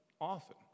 often